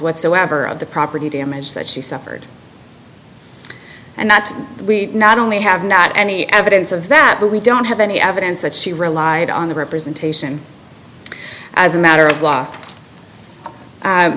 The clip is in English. whatsoever of the property damage that she suffered and that we not only have not any evidence of that but we don't have any evidence that she relied on the representation as a matter of law